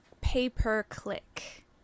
pay-per-click